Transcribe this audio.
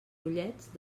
ullets